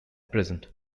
present